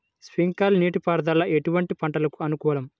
Sprinkler నీటిపారుదల ఎటువంటి పంటలకు అనుకూలము?